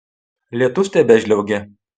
lietus tebežliaugė